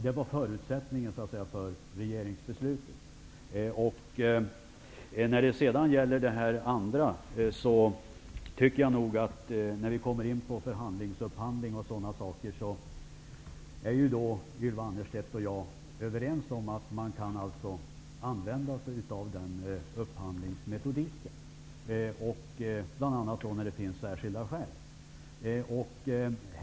Det var förutsättningen för regeringsbeslutet. När det gäller förhandlingsupphandling är Ylva Annerstedt och jag överens om att man kan använda sig av den upphandlingsmetodiken bl.a. när det finns särskilda skäl.